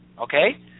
Okay